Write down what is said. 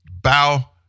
bow